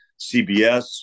CBS